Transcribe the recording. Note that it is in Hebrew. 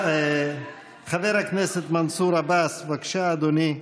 חבר הכנסת מנסור עבאס, בבקשה, אדוני.